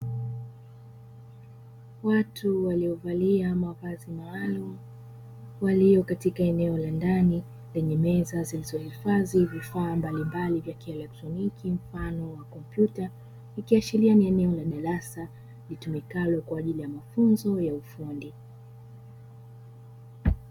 Watu waliovalia mavazi maalumu, walio katika eneo la ndani lenye meza zilizohifadhi vifaa mbalimbali vya kielektroniki mfano wa kompyuta. Ikiashiria ni eneo la darasa litumikalo kwa ajili ya mafunzo ya ufundi.